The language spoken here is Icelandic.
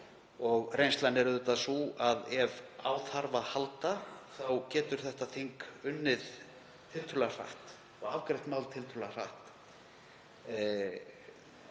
Reynslan er auðvitað sú að ef á þarf að halda þá getur þetta þing unnið tiltölulega hratt og afgreitt mál tiltölulega hratt